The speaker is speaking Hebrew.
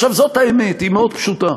עכשיו זאת האמת, היא מאוד פשוטה.